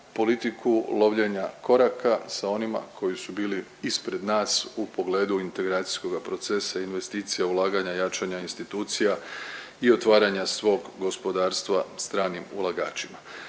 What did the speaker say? politiku lovljenja koraka sa onima koji su bili ispred nas u pogledu integracijskoga procesa, investicija, ulaganja, jačanja institucija i otvaranja svog gospodarstva stranim ulagačima